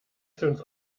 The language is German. fünf